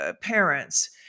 parents